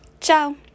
Ciao